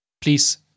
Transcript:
Please